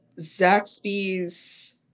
Zaxby's